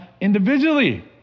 individually